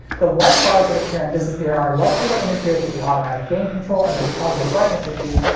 the white bars that appear and disappear are likely what interferes with the automatic gain control and will cause the brightness issues,